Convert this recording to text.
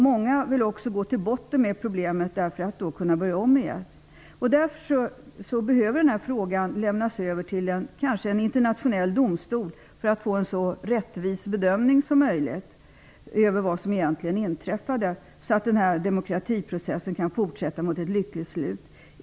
Många vill också gå till botten med problemet för att sedan kunna börja om igen. Därför behöver kanske den här frågan lämnas över till en internationell domstol för att få en så rättvis bedömning som möjligt. Då kan demokratiprocessen fortsätta mot ett lyckligt slut.